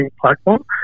platform